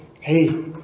Hey